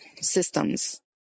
systems